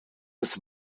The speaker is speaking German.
des